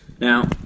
Now